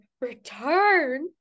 return